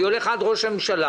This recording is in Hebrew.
אני הולך עד ראש הממשלה,